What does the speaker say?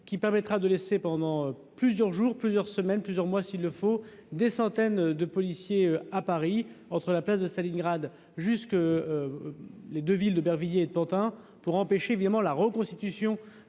qui permettra de laisser pendant plusieurs jours, plusieurs semaines, plusieurs mois s'il le faut, des centaines de policiers à Paris entre la place de Stalingrad jusque les 2 villes d'Aubervilliers de Pantin pour empêcher vivement la reconstitution